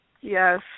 Yes